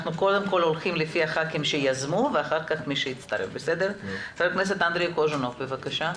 חבר הכנסת אנדריי קוז'ינוב, בבקשה.